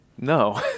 No